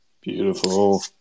beautiful